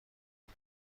cia